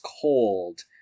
cold